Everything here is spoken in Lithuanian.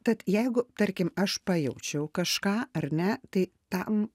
tad jeigu tarkim aš pajaučiau kažką ar ne tai tam